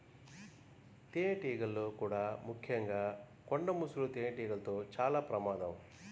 తేనెటీగల్లో కూడా ముఖ్యంగా కొండ ముసురు తేనెటీగలతో చాలా ప్రమాదం